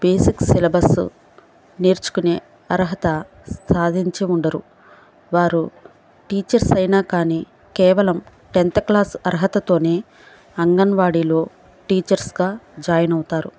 basic syllabus నేర్చుకునే అర్హత సాధించి ఉండరు వారు టీచర్స్ అయినా కానీ కేవలం టెన్త్ క్లాస్ అర్హతతోనే అంగన్వాడీలో టీచర్స్గా జాయిన్ అవుతారు